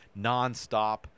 nonstop